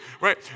right